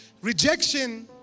Rejection